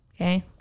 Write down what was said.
Okay